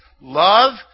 Love